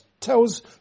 tells